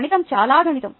గణితం చాలా గణితం